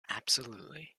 absolutely